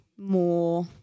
more